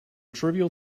trivial